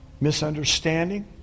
misunderstanding